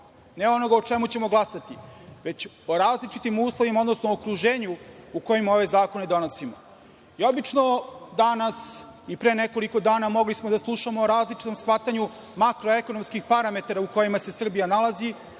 ne onoga o čemu ćemo glasati, već o različitim uslovima, odnosno okruženju u kojima ove zakone donosimo. Danas i pre nekoliko dana mogli smo da slušamo o različitom shvatanju makroekonomskih parametara u kojima se Srbija nalazi.